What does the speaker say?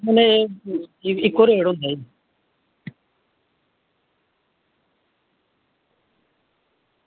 एह् इक्को रेट होंदा ई